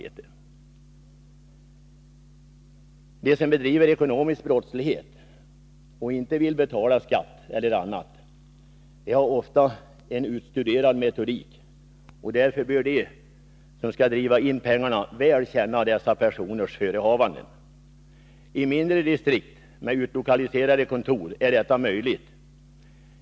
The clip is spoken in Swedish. De som bedriver ekonomisk brottslighet och inte vill betala skatt har ofta en utstuderad metodik. Därför bör de som skall driva in pengarna väl känna dessa personers förehavanden. I mindre distrikt med utlokaliserade kontor är detta möjligt.